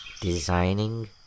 designing